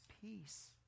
peace